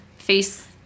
Face